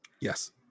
Yes